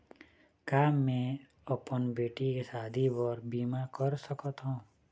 का मैं अपन बेटी के शादी बर बीमा कर सकत हव?